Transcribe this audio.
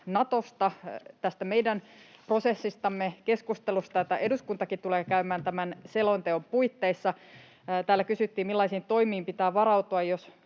tästä meidän prosessistamme, keskustelusta, jota eduskuntakin tulee käymään tämän selonteon puitteissa. Täällä kysyttiin, millaisiin toimiin pitää varautua,